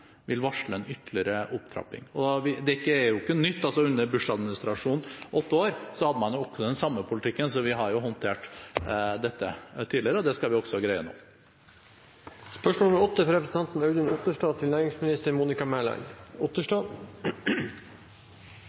vil varsle en ytterligere opptrapping. Det er ikke nytt, under Bush-administrasjonens åtte år hadde man også den samme politikken, så vi har håndtert dette tidligere, og det skal vi også greie nå. Jeg tillater meg å stille følgende spørsmål til